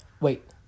Wait